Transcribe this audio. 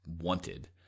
wanted